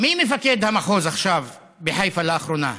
מי מפקד המחוז עכשיו בחיפה לאחרונה?